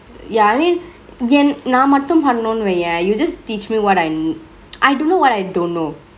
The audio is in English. ya I mean என்~ நா மட்டு பன்னனுனு வையே:yen~ naa mattu pannenunu veiye you just teach me what I'm I don't know what I don't know